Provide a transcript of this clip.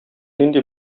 нинди